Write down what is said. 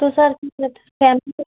तो सर कैसे